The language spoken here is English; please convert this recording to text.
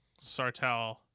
sartell